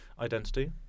identity